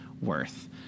worth